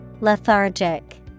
lethargic